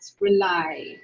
rely